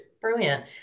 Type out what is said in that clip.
Brilliant